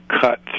cut